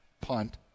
punt